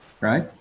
right